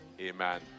Amen